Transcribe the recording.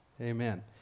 Amen